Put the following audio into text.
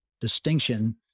distinction